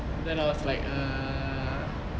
then I was like err